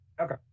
Okay